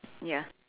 ya